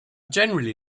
generally